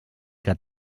que